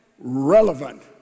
relevant